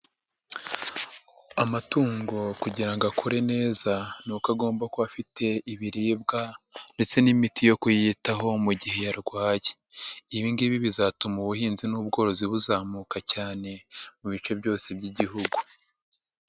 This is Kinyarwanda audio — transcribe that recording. Amatungo kugira ngo akure neza ni uko agomba kuba afite ibiribwa ndetse n'imiti yo kuyitaho mu gihe arwaye, ibingibi bizatuma ubuhinzi n'ubworozi buzamuka cyane mu bice byose by'Igihugu.